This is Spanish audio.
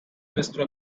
nuestro